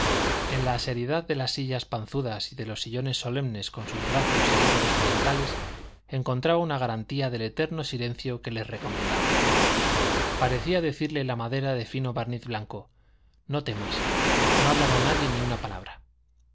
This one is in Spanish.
en la seriedad de las sillas panzudas y de los sillones solemnes con sus brazos e ídolos orientales encontraba una garantía del eterno silencio que les recomendaba parecía decirle la madera de fino barniz blanco no temas no hablará nadie una palabra